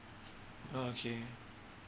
oh okay